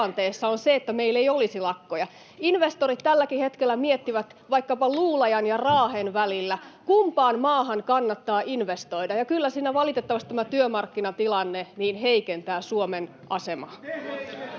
on se, että meillä ei olisi lakkoja. Investorit tälläkin hetkellä miettivät vaikkapa Luulajan ja Raahen välillä, kumpaan maahan kannattaa investoida, ja kyllä siinä valitettavasti tämä työmarkkinatilanne heikentää Suomen asemaa.